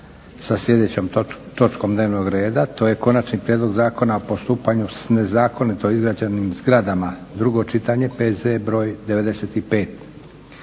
sa sljedećom točkom dnevnog reda. To je - Konačni prijedlog Zakona o postupanju s nezakonito izgrađenim zgradama, drugo čitanje, P.Z. br. 95;